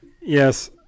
Yes